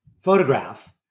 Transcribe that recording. photograph